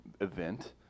event